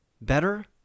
Better